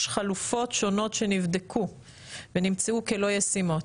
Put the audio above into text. חלופות שונות שנבדקו ונמצאו כלא ישימות.